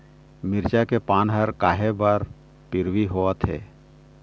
मिरचा के पान हर काहे बर पिवरी होवथे?